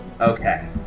Okay